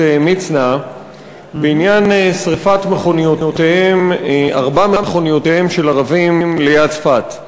מצנע בעניין שרפת ארבע מכוניותיהם של ערבים ליד צפת.